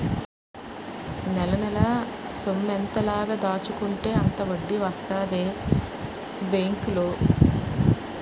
నెలనెలా సొమ్మెంత లాగ దాచుకుంటే అంత వడ్డీ వస్తదే బేంకులో